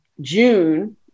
June